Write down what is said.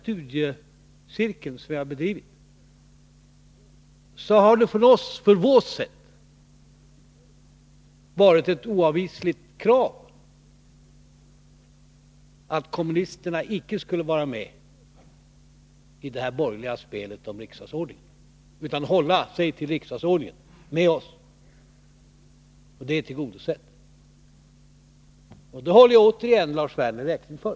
studiecirkel som vi har bedrivit — har varit ett oavvisligt krav att kommunisterna icke skulle vara med i det borgerliga spelet om riksdagsordningen utan hålla sig till riksdagsordningen med oss. Det kravet är tillgodosett. Det håller jag återigen Lars Werner räkning för.